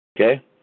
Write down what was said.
Okay